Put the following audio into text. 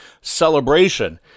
celebration